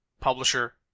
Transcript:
publisher